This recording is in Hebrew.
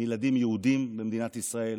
מילדים יהודים במדינת ישראל.